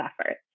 efforts